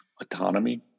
autonomy